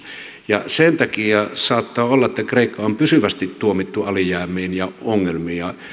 ja sen takia saattaa olla että kreikka on pysyvästi tuomittu alijäämiin ja ongelmiin ja